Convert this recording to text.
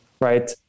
Right